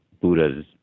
Buddha's